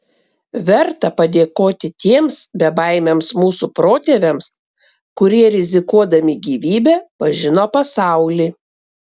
verta padėkoti tiems bebaimiams mūsų protėviams kurie rizikuodami gyvybe pažino pasaulį